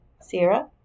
Sierra